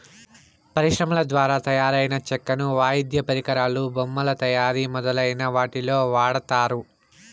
పరిశ్రమల ద్వారా తయారైన చెక్కను వాయిద్య పరికరాలు, బొమ్మల తయారీ మొదలైన వాటికి వాడతారు